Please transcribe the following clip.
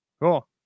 Cool